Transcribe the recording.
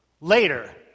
Later